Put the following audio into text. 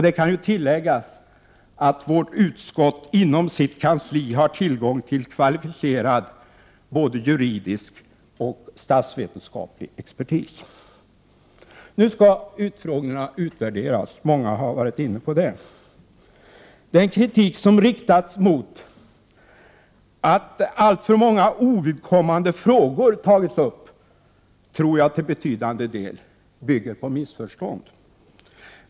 Det kan tilläggas att vårt utskott inom sitt kansli har tillgång till kvalificerad juridisk och statsvetenskaplig expertis. Nu skall utfrågningarna utvärderas. Många har varit inne på det. Den kritik som riktats mot att alltför många ovidkommande frågor har tagits upp tror jag till betydande del bygger på missförstånd.